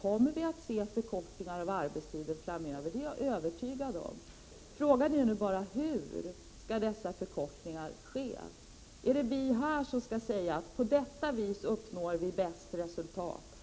kommer att se förkortningar av arbetstiden framöver, oavsett i vilken form de kommer att ske, det är jag övertygad om. Frågan är bara hur dessa förkortningar skall ske. Är det vi här i riksdagen som skall säga: På detta vis uppnår vi bästa resultat.